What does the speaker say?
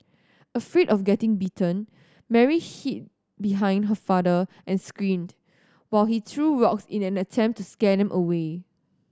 afraid of getting bitten Mary hid behind her father and screamed while he threw rocks in an attempt to scare them away